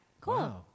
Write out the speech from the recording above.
Cool